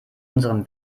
unserem